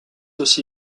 aussi